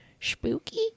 Spooky